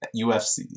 UFC